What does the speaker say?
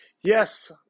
yes